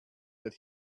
that